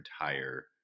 entire